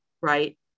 right